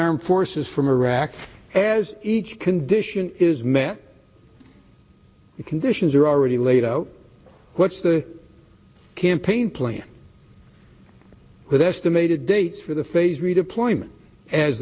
armed forces from iraq as each condition is met the conditions are already laid out what's the campaign plan with estimated dates for the phased redeployment as